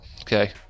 Okay